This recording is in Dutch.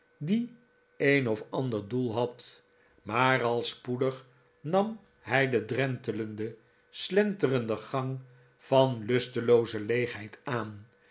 die een of ander doel had maar al spoedig nam hij den drentelenden slenterenden gang van lustelooze leegheid aan